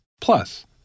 Plus